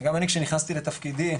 גם אני כשנכנסתי לתפקידי,